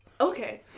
Okay